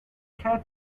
cat